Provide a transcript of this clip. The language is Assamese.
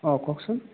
অঁ কওকচোন